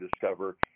discover